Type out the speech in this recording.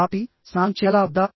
కాబట్టి స్నానం చేయాలా వద్దా